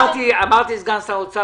אמרתי לסגן שר האוצר